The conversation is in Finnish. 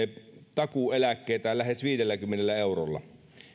takuueläkkeitä lähes viidelläkymmenellä eurolla